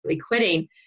quitting